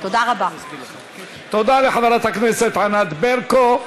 תודה לחברת הכנסת ענת ברקו.